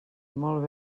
molt